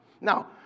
Now